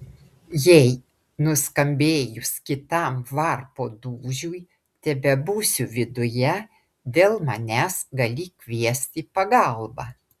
jei nuskambėjus kitam varpo dūžiui tebebūsiu viduje dėl manęs gali kviesti pagalbą